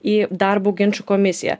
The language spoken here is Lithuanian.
į darbo ginčų komisiją